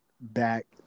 back